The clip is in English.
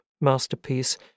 masterpiece